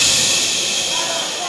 ששש.